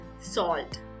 salt